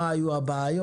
מה היו הבעיות?